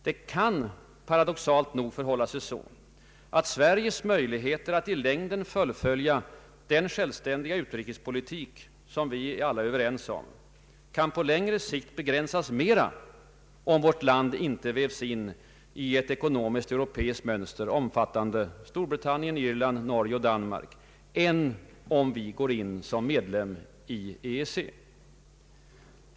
Det kan paradoxalt nog förhålla sig så, att Sveriges möjligheter att fullfölja den självständiga utrikespolitik, som vi alla är överens om, på längre sikt begränsas mera om vårt land inte vävs in i ett ekonomiskt europeiskt mönster, omfattande Storbritannien, Irland, Norge och Danmark, än om vi går in som medlem 1 EEC.